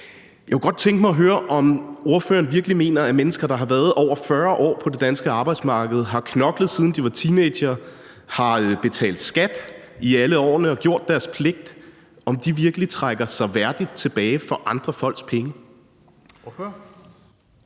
Jeg kunne godt tænke mig at høre, om ordføreren virkelig mener, at mennesker, der har været over 40 år på det danske arbejdsmarked, har knoklet, siden de var teenagere, har betalt skat i alle årene og gjort deres pligt, virkelig trækker sig værdigt tilbage for andre folks penge.